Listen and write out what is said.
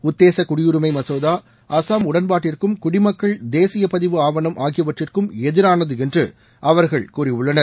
உத்தேச குடியுரிமை மசோதா அசாம் உடன்பாட்டிற்கும் குடிமக்கள் தேசிய பதிவு ஆவணம் ஆகியவற்றுக்கும் எதிரானது என்று அவர்கள் கூறியுள்ளனர்